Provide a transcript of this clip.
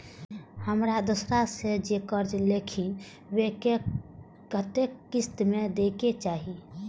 हम दोसरा से जे कर्जा लेलखिन वे के कतेक किस्त में दे के चाही?